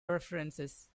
references